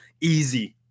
easy